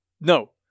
no